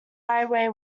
highway